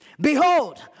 Behold